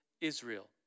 Israel